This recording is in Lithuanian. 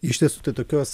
iš tiesų tai tokios